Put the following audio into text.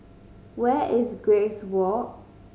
where is Grace Walk